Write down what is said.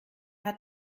hat